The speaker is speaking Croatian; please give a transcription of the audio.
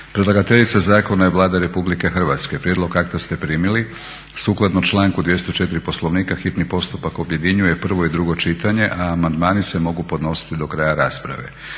Predlagateljica zakona je Vlada Republike Hrvatske. Prijedlog akta ste primili. Sukladno članku 204. Poslovnika hitni postupak objedinjuje prvo i drugo čitanje, a amandmani se mogu podnositi do kraja rasprave.